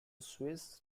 swiss